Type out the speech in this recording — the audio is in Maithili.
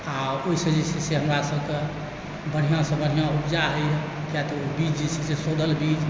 आओर ओहिसँ जे छै से हमरा सबकऽ बढ़िआँ सँ बढ़िआँ उपजा होइए किएक तऽ ओ बीज जे छै से शोधल बीज